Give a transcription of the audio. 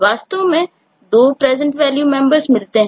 वास्तव में 2 PresentValue members मिलते हैं